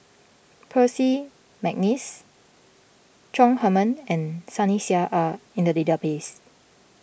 Percy McNeice Chong Heman and Sunny Sia are in the database